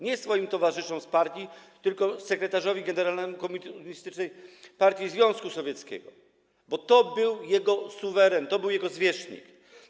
Nie swoim towarzyszom z partii, tylko sekretarzowi generalnemu Komunistycznej Partii Związku Sowieckiego, bo to był jego suweren, to był jego zwierzchnik.